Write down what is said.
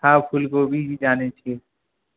हँ फूल गोभी भी जानैत छियै